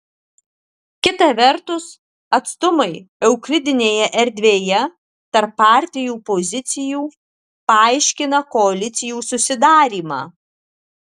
kita vertus atstumai euklidinėje erdvėje tarp partijų pozicijų paaiškina koalicijų susidarymą